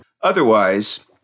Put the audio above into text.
Otherwise